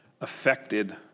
affected